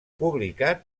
publicat